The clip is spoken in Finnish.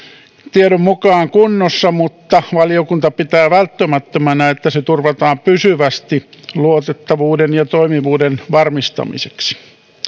tiedon mukaan kunnossa mutta valiokunta pitää välttämättömänä että se turvataan pysyvästi luotettavuuden ja toimivuuden varmistamiseksi